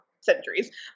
centuries